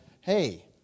hey